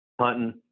hunting